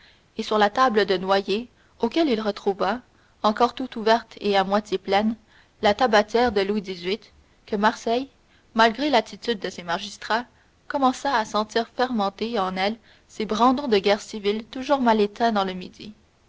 et sur la table de noyer duquel il retrouva encore tout ouverte et à moitié pleine la tabatière de louis xviii que marseille malgré l'attitude de ses magistrats commença à sentir fermenter en elle ces brandons de guerre civile toujours mal éteints dans le midi